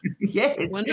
Yes